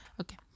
okay